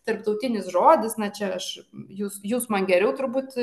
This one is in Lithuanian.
tarptautinis žodis na čia aš jus jūs man geriau turbūt